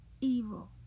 evil